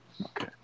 Okay